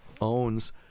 owns